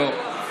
טוב.